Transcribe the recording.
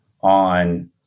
on